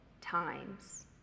times